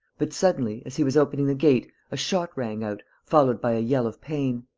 but, suddenly, as he was opening the gate, a shot rang out, followed by a yell of pain.